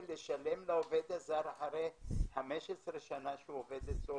לשלם לעובד הזר אחרי 15 שנה שהוא עובד אצלו,